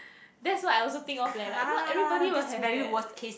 that's what I also think of leh like not everybody will have that